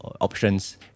options